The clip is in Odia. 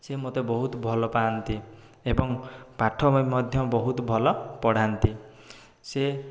ସେ ମୋତେ ବହୁତ ଭଲପାଆନ୍ତି ଏବଂ ପାଠ ବି ମଧ୍ୟ ବହୁତ ଭଲ ପଢ଼ାନ୍ତି ସେ